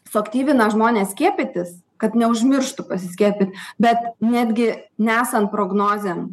suaktyvina žmones skiepytis kad neužmirštų pasiskiepyt bet netgi nesant prognozėm